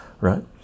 right